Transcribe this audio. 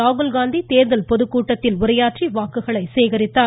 ராகுல்காந்தி தேர்தல் பொதுக்கூட்டத்தில் உரையாற்றி வாக்குகளை சேகரித்தார்